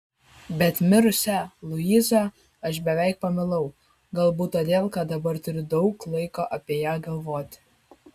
bet mirusią luizą aš beveik pamilau galbūt todėl kad dabar turiu daug laiko apie ją galvoti